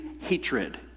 hatred